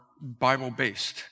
Bible-based